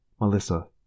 Melissa